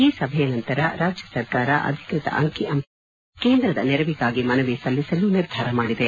ಈ ಸಭೆಯ ನಂತರ ರಾಜ್ಯ ಸರ್ಕಾರ ಅಧಿಕೃತ ಅಂಕಿ ಅಂಶಗಳನ್ನು ಕಲೆ ಹಾಕಿ ಕೇಂದ್ರದ ನೆರವಿಗಾಗಿ ಮನವಿ ಸಲ್ಲಿಸಲು ನಿರ್ಧಾರ ಮಾಡಿದೆ